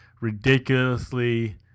ridiculously